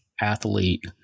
athlete